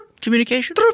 Communication